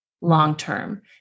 long-term